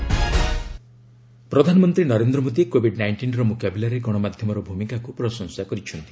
PM media ପ୍ରଧାନମନ୍ତ୍ରୀ Narendra Modi covid ନାଇଣ୍ଟିନ୍ର ମୁକାବିଲାରେ ଗଣମାଧ୍ୟମର ଭୂମିକାକୁ ପ୍ରଶଂସା କରିଛନ୍ତି